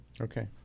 Okay